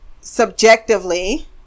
subjectively